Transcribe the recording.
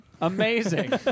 Amazing